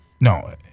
no